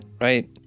right